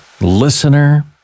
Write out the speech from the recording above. listener